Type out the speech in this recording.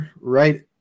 right